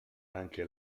anche